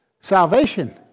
salvation